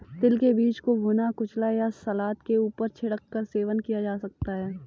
तिल के बीज को भुना, कुचला या सलाद के ऊपर छिड़क कर सेवन किया जा सकता है